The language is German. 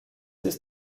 ist